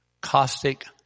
caustic